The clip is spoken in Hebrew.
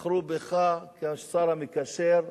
בחרו בך כשר המקשר.